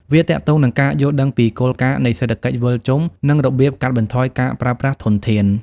វាទាក់ទងនឹងការយល់ដឹងពីគោលការណ៍នៃសេដ្ឋកិច្ចវិលជុំ និងរបៀបកាត់បន្ថយការប្រើប្រាស់ធនធាន។